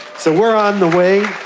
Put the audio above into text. so we are on the way.